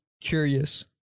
curious